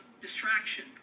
distraction